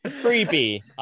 Creepy